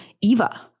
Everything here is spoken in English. Eva